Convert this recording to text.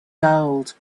gold